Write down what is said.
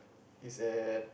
is at